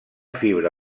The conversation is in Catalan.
fibra